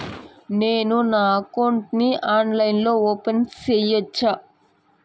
నేను నా అకౌంట్ ని ఆన్లైన్ లో ఓపెన్ సేయొచ్చా?